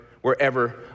wherever